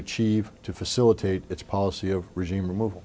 achieve to facilitate its policy of regime remov